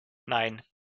nein